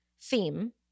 theme